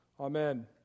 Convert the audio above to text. amen